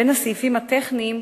בין הסעיפים הטכניים,